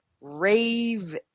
rave